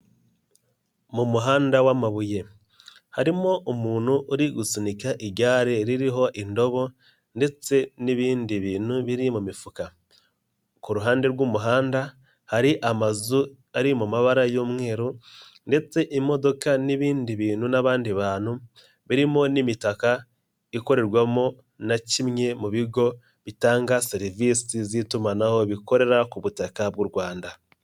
Mu muhanda w'amabuye harimo umuntu uri gusunika igare ririho indobo ndetse n'ibindi bintu biri mu mifuka ku ruhande rw'umuhanda hari amazu ari mu mabara y'umweru ndetse imodoka n'ibindi bintu n'abandi bantu birimo n'imitaka ikorerwamo na kimwe mu bigo bitanga serivisi z'itumanaho bikorera ku butaka bw'u Rwanda.